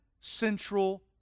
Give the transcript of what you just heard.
central